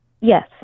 Yes